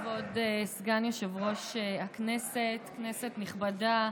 כבוד סגן יושב-ראש הכנסת, כנסת נכבדה,